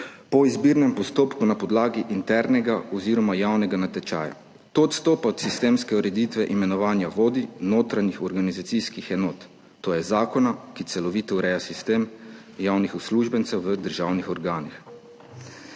po izbirnem postopku na podlagi internega oziroma javnega natečaja. To odstopa od sistemske ureditve imenovanja vodij notranjih organizacijskih enot, to je zakona, ki celovito ureja sistem javnih uslužbencev v državnih organih.